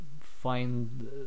find